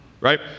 Right